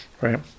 Right